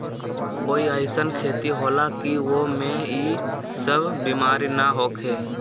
कोई अईसन खेती होला की वो में ई सब बीमारी न होखे?